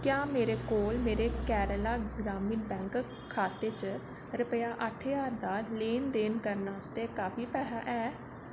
क्या मेरे कोल मेरे कैरला ग्रामीण बैंक खाते च रपेआ अट्ठ ज्हार दा लेन देन करन आस्तै काफी पैसा है